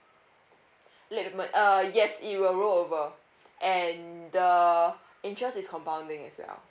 late payment uh yes it will roll over and the interest is compounding as well